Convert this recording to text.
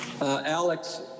Alex